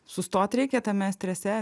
sustot reikia tame strese